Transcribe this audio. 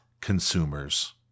consumers